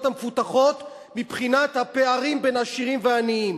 המפותחות מבחינת הפערים בין עשירים ועניים,